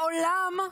העולם,